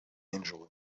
angel